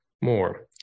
more